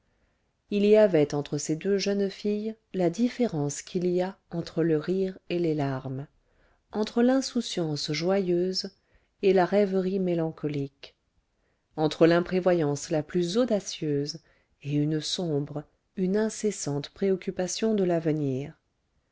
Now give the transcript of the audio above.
il y avait entre ces deux jeunes filles la différence qu'il y a entre le rire et les larmes entre l'insouciance joyeuse et la rêverie mélancolique entre l'imprévoyance la plus audacieuse et une sombre une incessante préoccupation de l'avenir